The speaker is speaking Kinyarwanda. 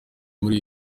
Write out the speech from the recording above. muri